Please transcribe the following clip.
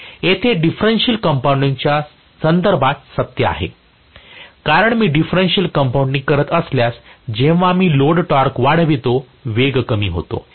येथे डिफरेन्शिअल कंपाऊंडिंगच्या संदर्भात सत्य आहे कारण मी डिफरेन्शिअल कंपाऊंडिंग करत असल्यास जेव्हा मी लोड टॉर्क वाढवितो वेग कमी होतो